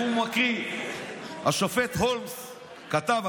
השופט הולמס כתב,